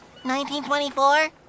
1924